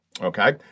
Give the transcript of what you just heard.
Okay